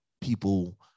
people